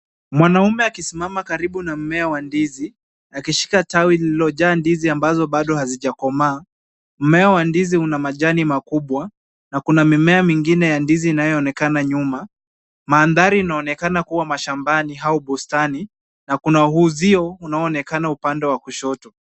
Mwanamume akisimama karibu na mmea wa ndizi akishika tawi lililojaa ndizi ambazo bado hazijakomaa. Mmea wa ndizi una majani makubwa na kuna mimea mingine ya ndizi inayoonekana nyuma. Maandhari inaonekana kuwa mashambani au bustani na kuna uuzio unaoonekana upande wa kushoto.